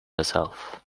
herself